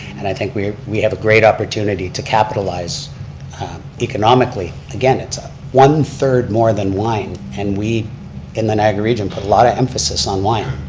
and i think we we have a great opportunity to capitalize economically, again it's ah one third more than wine, and we in the niagara region put a lot of emphasis on wine.